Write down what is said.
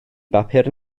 bapur